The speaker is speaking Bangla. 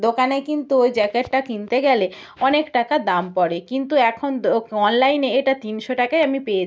দোকানে কিন্তু ওই জ্যাকেটটা কিনতে গেলে অনেক টাকা দাম পড়ে কিন্তু এখন অনলাইনে এটা তিনশো টাকায় আমি পেয়েছি